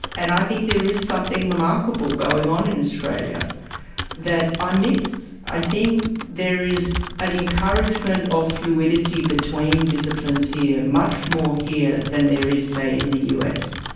and i think there is something remarkable going on in australia that i miss. i think there is an encouragement of fluidity between disciplines here, much more here than there is, say, in the us.